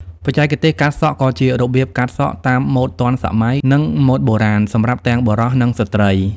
បច្ចេកទេសកាត់សក់ ក៏ជារបៀបកាត់សក់តាមម៉ូដទាន់សម័យ និងម៉ូដបុរាណ សម្រាប់ទាំងបុរស និងស្ត្រី។